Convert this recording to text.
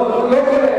לא כולל.